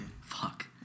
fuck